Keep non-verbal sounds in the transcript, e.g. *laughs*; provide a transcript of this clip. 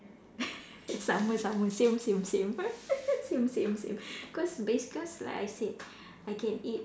*laughs* sama sama same same same *laughs* same same same because base cause like I said I can eat